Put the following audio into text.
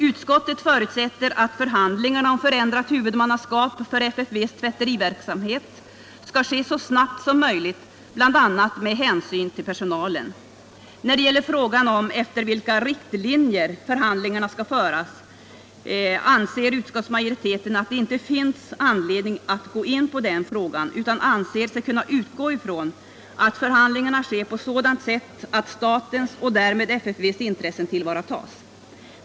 Utskottet förutsätter att förhandlingarna om förändrat huvudmannaskap för FFV:s tvätteriverksamhet skall ske så snabbt som möjligt, bl.a. med hänsyn till personalen. När det gäller frågan om efter vilka riktlinjer förhandlingarna skall föras anser utskottsmajoriteten att det inte finns anledning att gå in på den frågan utan anser sig kunna utgå ifrån att förhandlingarna sker på sådant sätt att statens och därmed FFV:s intressen tillvaratas.